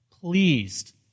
pleased